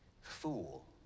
Fool